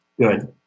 good